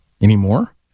Anymore